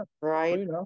Right